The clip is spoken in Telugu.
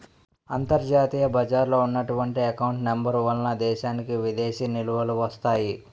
అంతర్జాతీయ బజారులో ఉన్నటువంటి ఎకౌంట్ నెంబర్ వలన దేశానికి విదేశీ నిలువలు వస్తాయి